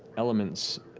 elements,